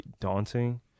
daunting